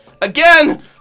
again